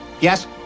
Yes